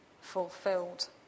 fulfilled